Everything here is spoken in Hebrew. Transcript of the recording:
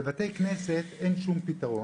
בבתי כנסת אין שום פתרון,